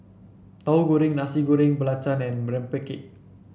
Tauhu Goreng Nasi Goreng Belacan and Rempeyek